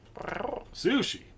Sushi